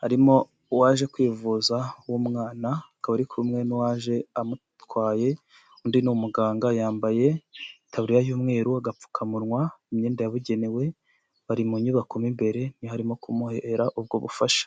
harimo uwaje kwivuza w'umwana akaba ari kumwe n'uwaje amutwaye undi ni umuganga yambaye itaburiya y'umweru agapfukamunwa imyenda yabugenewe bari mu nyubako n'imbere ntiho arimo kumuhera ubwo bufasha.